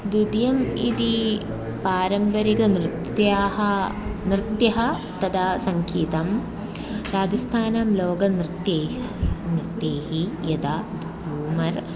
द्वितीयम् इति पारम्परिकनृत्यानि नृत्यं तथा सङ्गीतं राजस्थानं लोकनृत्यैः नृत्यैः यदा बूमर्